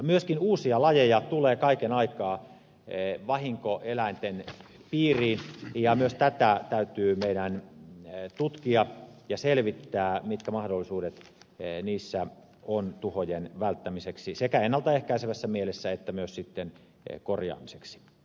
myöskin uusia lajeja tulee kaiken aikaa vahinkoeläinten piiriin ja myös tätä täytyy meidän tutkia ja selvittää mitkä mahdollisuudet niissä on tuhojen välttämiseksi sekä ennalta ehkäisevässä mielessä että myös sitten tuhojen korjaamiseksi